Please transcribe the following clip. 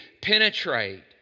penetrate